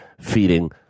feeding